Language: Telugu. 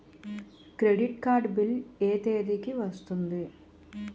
క్రెడిట్ కార్డ్ బిల్ ఎ తేదీ కి వస్తుంది?